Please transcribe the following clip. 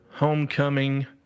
Homecoming